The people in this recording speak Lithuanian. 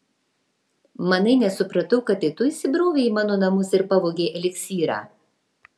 manai nesupratau kad tai tu įsibrovei į mano namus ir pavogei eliksyrą